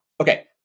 Okay